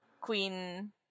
Queen